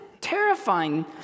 terrifying